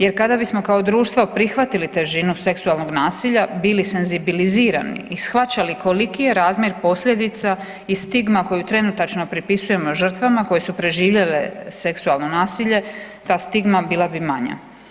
Jer kada bismo kao društvo prihvatili težinu seksualnog nasilja i bili senzibilizirani i shvaćali koliki je razmjer posljedica i stigma koju trenutačno pripisujemo žrtvama koje su preživjele seksualno nasilje ta stigma bila bi manja.